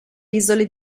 isole